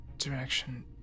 direction